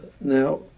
Now